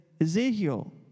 Ezekiel